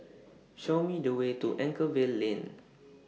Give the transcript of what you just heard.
Show Me The Way to Anchorvale Lane